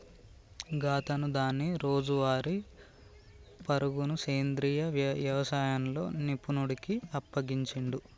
గాతను దాని రోజువారీ పరుగును సెంద్రీయ యవసాయంలో నిపుణుడికి అప్పగించిండు